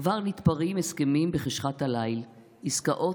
כבר נתפרים הסכמים בחשכת הליל / עסקאות